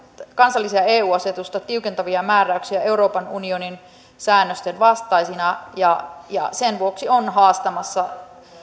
kansallisia eu asetusta tiukentavia määräyksiä euroopan unionin säännösten vastaisina ja ja sen vuoksi on haastamassa